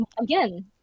again